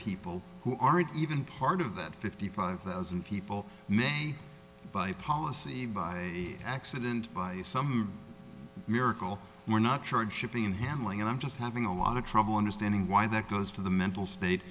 people who aren't even part of that fifty five thousand people may buy policy by accident by some miracle or not charge shipping and handling and i'm just having a lot of trouble understanding why that goes to the mental state